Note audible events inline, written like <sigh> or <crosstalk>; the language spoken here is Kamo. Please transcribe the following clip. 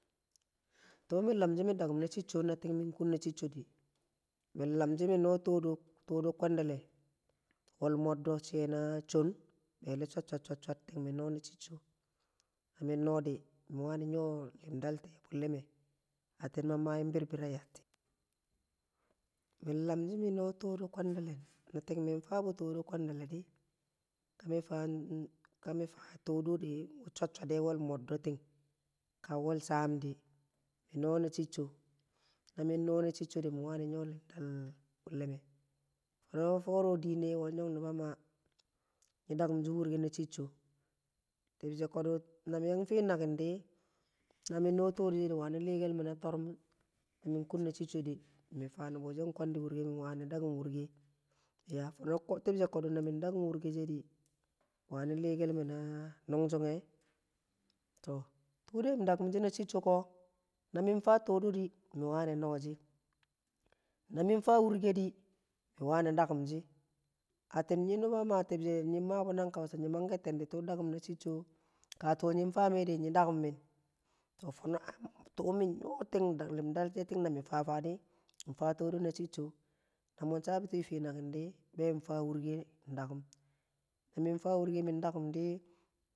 Tu mi lamshi mi dakum na chucho ting na min kun na chucho di min lamshi mi noh toodo tib kwandale wal moddo dee na chon bille shat shat shat ting mi no na chuk ho na min no di mi wani nyo limdal tee bulle me, atim mang mayim birbir a yatil me min lamshi mi noh toodo kwandale <noise> na ting min faabu todo di kwandale ka mi fang ka mi fang toodo moddo wu shat shat de ka wal shami di mi noh na chucho na min no na cicco di mi wan nyo limdal bulle me. Fono foro dine wal nyong nuba mah nyi dakun shing wurke na cicco. Tibshe kodu na mi yan fii nakin di, na min noo toodo she di wani lii kel me na torrum. Na min kun na cicco di nma nubu she kwandi wurkedi mi wani dakumshi urke mi yaa fono tibshe kodu na min da kum wurke. She di wani lii kel me na nug chugke to tuu mi dakumshi na cicco ka di min ta toodo di mi yang noo shi, na min faa wurke di mi wani dakum kin, atin nyi nuba mah ying mabu nang kausa. Ka tuu nying fame di nyi dakumin limda she ting mi fame di mi taa toodo na cicco na mi taa toodo na cicco na min shaa buti atii nakin di na faa wurke ng di na faa wurke ng dakum namin di.